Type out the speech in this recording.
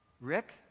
Rick